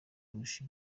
kurusha